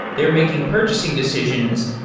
they're making purchasing decisions,